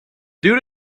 due